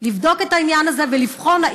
לבדוק את העניין הזה ולבחון אם